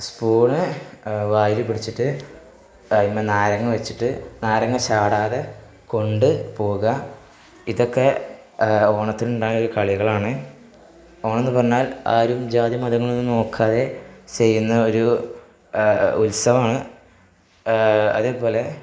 spoon വായില് പിടിച്ചിട്ട് അതിന്മേൽ നാരങ്ങ വെച്ചിട്ട് നാരങ്ങ ഷാടാതെ കൊണ്ടുപോവുക ഇതൊക്കെ ഓണത്തിനുണ്ടാവുന്ന കളികളാണ് ഓണമെന്ന് പറഞ്ഞാൽ ആരും ജാതിമതങ്ങളൊന്നും നോക്കാതെ ചെയ്യുന്ന ഒരു ഉത്സവമാണ് അതേപോലെ